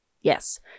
Yes